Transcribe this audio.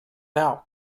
now